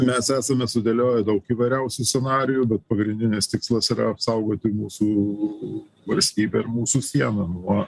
mes esame sudėlioję daug įvairiausių scenarijų bet pagrindinis tikslas yra apsaugoti mūsų valstybę ir mūsų sieną nuo